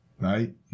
right